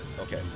Okay